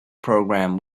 programme